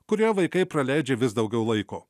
kurioje vaikai praleidžia vis daugiau laiko